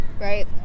Right